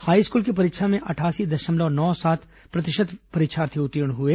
high school की परीक्षा में अठासी दशमलव नौ सात प्रतिशत परीक्षार्थी उत्तीर्ण हुए